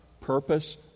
Purpose